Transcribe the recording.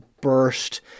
burst